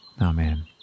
Amen